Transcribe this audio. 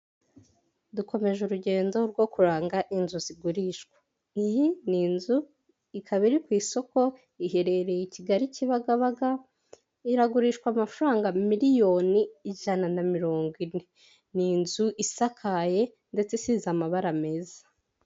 Dukomeje urugendo rwo kuranga inzu zigurishwa. Iyi ni inzu ikaba iri ku isoko, iherereye i Kigali, Kibagabaga; iragurishwa amafaranga miliyoni ijana na mirongo ine. Ni inzu isakaye ndetse isize amabara meza.